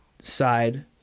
side